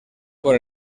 con